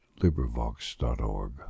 LibriVox.org